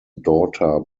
daughter